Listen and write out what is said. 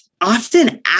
often